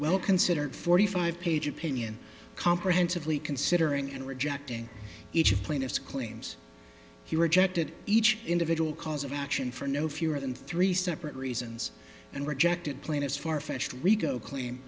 well considered forty five page opinion comprehensively considering and rejecting each of plaintiff's claims he rejected each individual cause of action for no fewer than three separate reasons and rejected plaintiff's farfetched rico claim